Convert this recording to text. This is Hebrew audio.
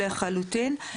לחלוטין.